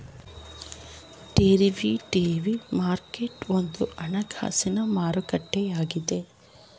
derivative market ಒಂದು ಹಣಕಾಸಿನ ಮಾರುಕಟ್ಟೆಯಾಗಿದೆ